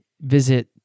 visit